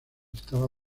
estaba